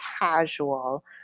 casual